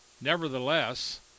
Nevertheless